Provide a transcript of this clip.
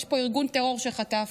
יש פה ארגון טרור שחטף,